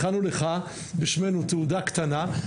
הכנו לך בשמנו תעודה קטנה,